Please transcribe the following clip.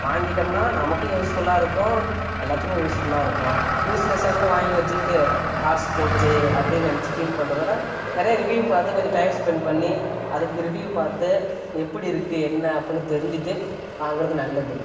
வாங்கிவிட்டோம்னா நமக்கும் யூஸ்ஃபுல்லாக இருக்கும் எல்லாத்துக்கும் யூஸ்ஃபுல்லாக இருக்கும் யூஸ்லெஸ்ஸானதை வாங்கி வச்சுக்கிட்டு காசு போச்சே அப்படின்னு நினைச்சி ஃபீல் பண்ணுறதோட நிறைய ரிவ்யூவ் பார்த்து கொஞ்சம் டைம் ஸ்பென்ட் பண்ணி அதுக்கு ரிவ்யூவ் பார்த்து எப்படி இருக்குது என்ன அப்படினு தெரிஞ்சுட்டு வாங்கிறது நல்லது